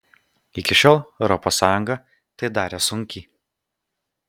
iki šiol europos sąjunga tai darė sunkiai